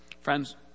Friends